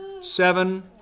seven